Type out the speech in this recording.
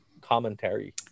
commentary